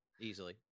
Easily